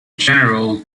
general